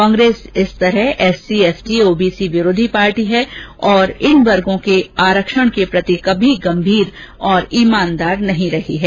कांग्रेस इस प्रकार SC ST OBC विरोधी पार्टी है तथा इन वर्गों के आरक्षण के हक के प्रति कभी गंभीर और ईमानदार नहीं रही है